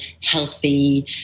healthy